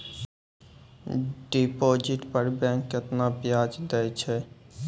Deposit पर bank केतना ब्याज दै छै?